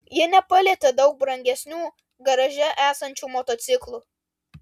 jie nepalietė daug brangesnių garaže esančių motociklų